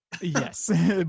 Yes